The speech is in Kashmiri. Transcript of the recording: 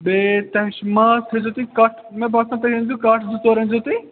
بیٚیہِ تۄہہِ چھِ ماز تھٲیزیٛو تُہۍ کَٹھ مےٚ باسان تُہۍ أنۍ زیٛو کَٹھ زٕ ژور أنۍ زیٛو تُہۍ